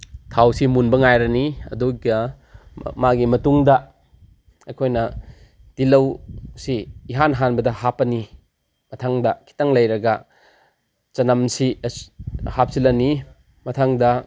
ꯊꯥꯎꯁꯤ ꯃꯨꯟꯕ ꯉꯥꯏꯔꯅꯤ ꯑꯗꯨꯒ ꯃꯥꯒꯤ ꯃꯇꯨꯡꯗ ꯑꯩꯈꯣꯏꯅ ꯇꯤꯜꯍꯧꯁꯤ ꯏꯍꯥꯟ ꯍꯥꯟꯕꯗ ꯍꯥꯞꯄꯅꯤ ꯃꯊꯪꯗ ꯈꯤꯇꯪ ꯂꯩꯔꯒ ꯆꯅꯝꯁꯤ ꯍꯥꯞꯆꯤꯜꯂꯅꯤ ꯃꯊꯪꯗ